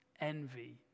envy